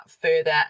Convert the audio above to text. further